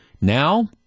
Now